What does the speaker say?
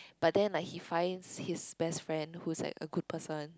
but then like he finds his best friend who's like a good person